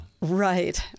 Right